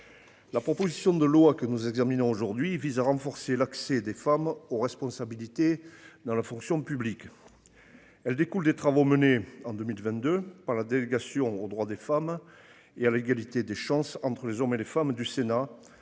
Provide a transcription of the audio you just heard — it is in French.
La proposition de loi que nous examinons aujourd'hui vise à renforcer l'accès des femmes aux responsabilités dans la fonction publique. Elle découle des travaux menés en 2022 par la délégation aux droits des femmes et à l'égalité des chances entre les hommes et les femmes du Sénat